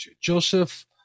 Joseph